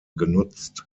genutzt